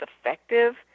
effective